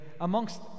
Amongst